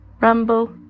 Rumble